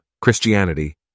Christianity